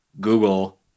Google